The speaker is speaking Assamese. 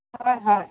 হয় হয়